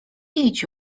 idź